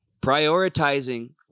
prioritizing